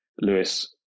Lewis